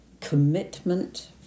commitment